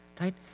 right